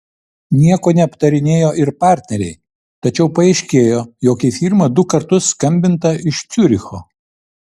nieko neaptarinėjo ir partneriai tačiau paaiškėjo jog į firmą du kartus skambinta iš ciuricho